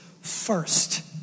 first